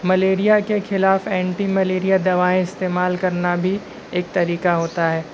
malaria کے خلاف anti malaria دوائیں استعمال کرنا بھی ایک طریقہ ہوتا ہے